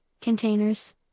Containers